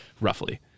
roughly